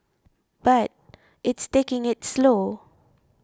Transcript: but it's taking it slow